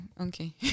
okay